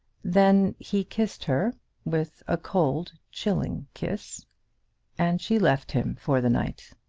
then he kissed her with a cold, chilling kiss and she left him for the night.